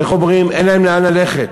אין להם לאן ללכת,